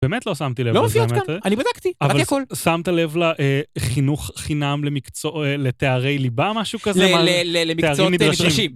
באמת לא שמתי לב, זה, לא מופיעות כאן, באמת. אני בדקתי, קראתי הכל. שמת לב לחינוך חינם למקצועו... לתארי ליבה, משהו כזה, למקצועות נדרשים.